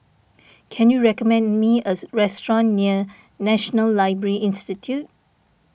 can you recommend me a restaurant near National Library Institute